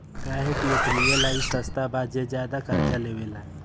काहे कि ओकनीये ला ई सस्ता बा जे ज्यादे कर्जा लेवेला